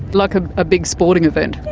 like a ah big sporting event.